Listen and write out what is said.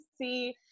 see